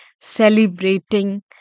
celebrating